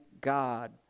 God